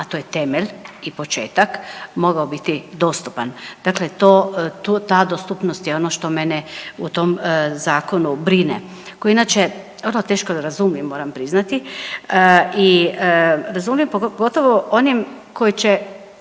a to je temelj i početak mogao biti dostupan. Dakle, ta dostupnost je ono što mene u tom zakonu brine koji je inače vrlo teško razumljiv, moram priznati i … pogotovo onim koji će